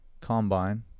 combine